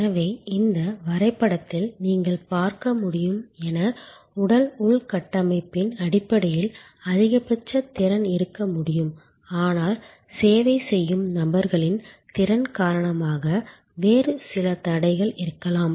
எனவே இந்த வரைபடத்தில் நீங்கள் பார்க்க முடியும் என உடல் உள்கட்டமைப்பின் அடிப்படையில் அதிகபட்ச திறன் இருக்க முடியும் ஆனால் சேவை செய்யும் நபர்களின் திறன் காரணமாக வேறு சில தடைகள் இருக்கலாம்